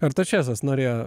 artačezas norėjo